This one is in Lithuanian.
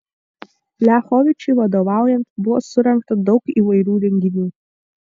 liachovičiui vadovaujant buvo surengta daug įvairių renginių